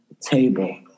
table